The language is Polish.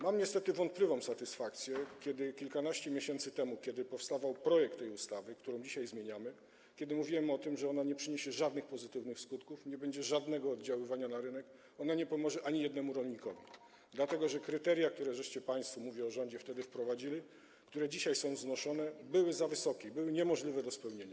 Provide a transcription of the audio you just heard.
Mam niestety wątpliwą satysfakcję, ponieważ kiedy kilkanaście miesięcy temu powstawał projekt tej ustawy, którą dzisiaj zmieniamy, mówiłem o tym, że ona nie przyniesie żadnych pozytywnych skutków i nie będzie żadnego oddziaływania na rynek, że ona nie pomoże ani jednemu rolnikowi, dlatego że kryteria, które państwo, mówię o rządzie, wtedy wprowadziliście, które dzisiaj są znoszone, były za wysokie i były niemożliwe do spełnienia.